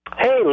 Hey